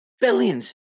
Billions